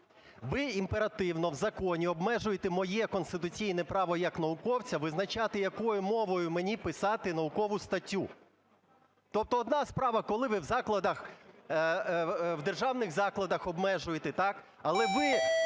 Ви імперативно в законі обмежуєте моє конституційне право як науковця визначати, якою мовою мені писати наукову статтю. Тобто одна справа, коли ви в закладах, в державних закладах обмежуєте, так, але ви